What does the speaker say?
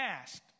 asked